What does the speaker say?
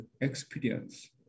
experience